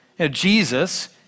Jesus